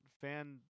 fan